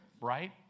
right